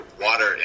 water